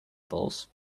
polls